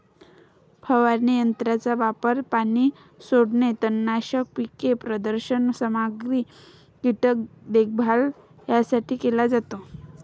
फवारणी यंत्राचा वापर पाणी सोडणे, तणनाशक, पीक प्रदर्शन सामग्री, कीटक देखभाल यासाठी केला जातो